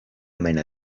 mena